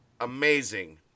amazing